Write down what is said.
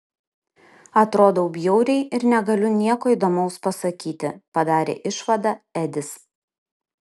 atrodau bjauriai ir negaliu nieko įdomaus pasakyti padarė išvadą edis